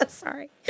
Sorry